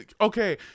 okay